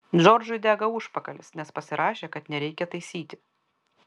džordžui dega užpakalis nes pasirašė kad nereikia taisyti